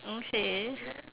okay